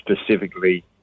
specifically